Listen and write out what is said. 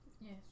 Yes